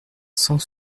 cent